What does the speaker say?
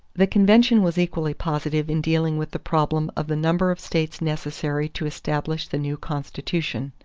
the convention was equally positive in dealing with the problem of the number of states necessary to establish the new constitution.